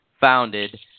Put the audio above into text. founded